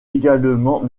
également